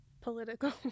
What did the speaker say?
political